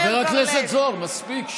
חבר הכנסת זוהר, מספיק.